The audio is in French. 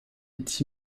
est